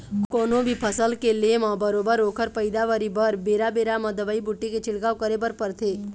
कोनो भी फसल के ले म बरोबर ओखर पइदावारी बर बेरा बेरा म दवई बूटी के छिड़काव करे बर परथे